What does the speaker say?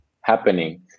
happening